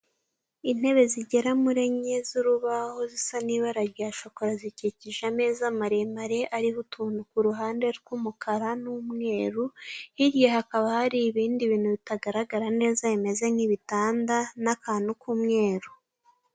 Intebe zigera muri enye z'urubaho zisa n'ibara rya shokora zikikije ameza maremare ariho utuntu ku ruhande rw'umukara n'umweru, hirya hakaba hari ibindi bintu bitagaragara neza bimeze nk'ibitanda n'akantu k'umweru.